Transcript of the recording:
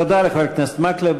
תודה לחבר הכנסת מקלב.